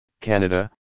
Canada